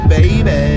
Baby